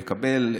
מקבל,